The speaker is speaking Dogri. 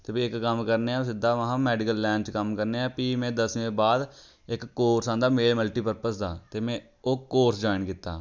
ते फ्ही इक कम्म करने आं सिद्धा महां मैडिकल लैन च कम्म करने आं फ्ही में दसमीं दे बाद इक कोर्स आंदा मेल मल्टीप्रपज़ दा ते में ओह् कोर्स जाइन कीता